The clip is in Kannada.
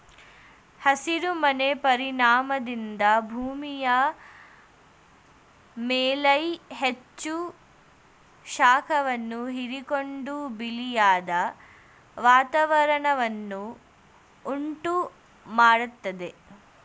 ಹಸಿರು ಮನೆ ಪರಿಣಾಮದಿಂದ ಭೂಮಿಯ ಮೇಲ್ಮೈ ಹೆಚ್ಚು ಶಾಖವನ್ನು ಹೀರಿಕೊಂಡು ಬಿಸಿಯಾದ ವಾತಾವರಣವನ್ನು ಉಂಟು ಮಾಡತ್ತದೆ